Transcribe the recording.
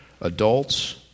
adults